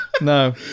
No